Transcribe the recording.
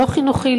לא חינוכי,